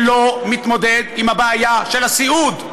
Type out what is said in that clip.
שלא מתמודד עם הבעיה של הסיעוד.